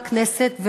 בכנסת,